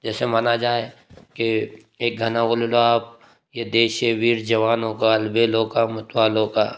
जैसे माना जाए कि एक घना ये देश है वीर जवानों का अलबेलों का मतवालों का